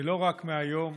ולא רק מהיום.